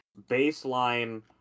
baseline